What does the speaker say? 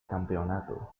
campeonato